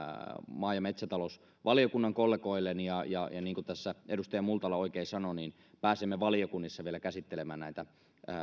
maa ja metsätalousvaliokunnan kollegoilleni ja ja niin kuin tässä edustaja multala oikein sanoi niin pääsemme valiokunnissa vielä käsittelemään näitä